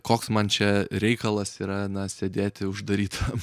koks man čia reikalas yra na sėdėti uždarytam